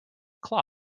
clock